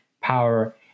Power